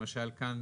למשל כאן,